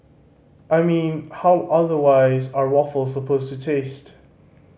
I mean how otherwise are waffles supposed to taste